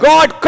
God